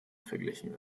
verglichen